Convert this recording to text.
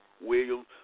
Williams